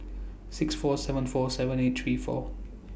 six four seven four seven eight three four